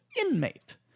inmate